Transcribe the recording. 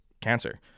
cancer